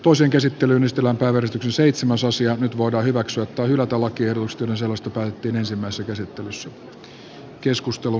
toisen käsittelyn estellä vedetyksi seitsemän nyt voidaan hyväksyä tai hylätä lakiehdotukset joiden sisällöstä päätettiin ensimmäisessä käsittelyssä